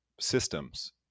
systems